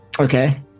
Okay